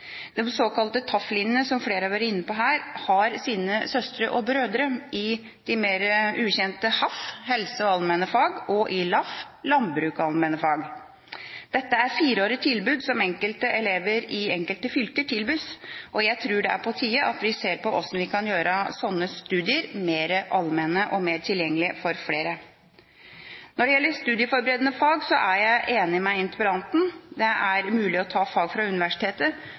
De såkalte TAF-linjene, som flere har vært inne på her, har sine søstre og brødre i de mer ukjente HAF, helse- og allmennfag, og LAF, landbruks- og allmennfag. Dette er fireårige tilbud som enkelte elever i enkelte fylker gis. Jeg tror det er på tide at vi ser på hvordan vi kan gjøre slike studier mer allmenne og tilgjengelige for flere. Når det gjelder studieforberedende fag, er jeg enig med interpellanten. Det er mulig å ta fag på universitetet,